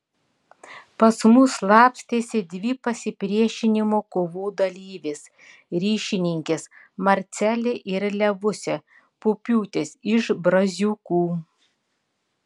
pas mus slapstėsi dvi pasipriešinimo kovų dalyvės ryšininkės marcelė ir levusė pupiūtės iš braziūkų